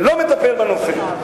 לא מטפל בנושא.